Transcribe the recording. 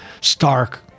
stark